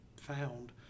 found